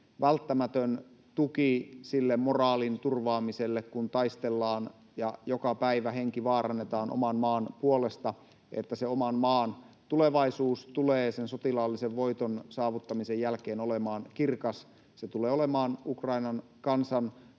välttämätön tuki sille moraalin turvaamiselle, kun taistellaan ja joka päivä henki vaarannetaan oman maan puolesta, että se oman maan tulevaisuus tulee sen sotilaallisen voiton saavuttamisen jälkeen olemaan kirkas. Se tulee olemaan Ukrainan kansan